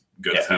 good